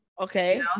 okay